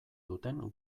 duten